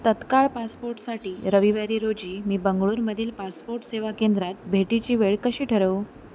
तत्काळ पासपोर्टसाठी रविवारी रोजी मी बंगळूरमधील पासपोर्ट सेवा केंद्रात भेटीची वेळ कशी ठरवू